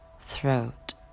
throat